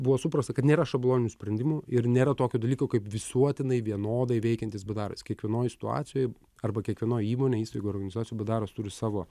buvo suprasta kad nėra šabloninių sprendimų ir nėra tokio dalyko kaip visuotinai vienodai veikiantis baras kiekvienoj situacijoj arba kiekvienoj įmonėj įstaigoj organizacijoj bdaras turi savo